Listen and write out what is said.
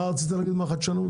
מה רצית להגיד, מר חדשנות?